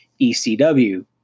ecw